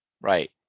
Right